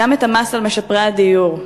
גם את המס על משפרי הדיור.